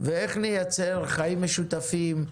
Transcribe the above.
איך נייצר חיים משותפים,